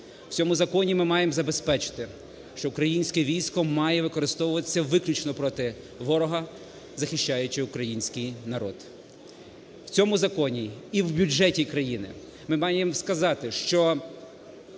У цьому законі ми маємо забезпечити, що українське військо має використовуватися виключно проти ворога, захищаючи український народ. У цьому законі і в бюджеті країни ми маємо сказати, що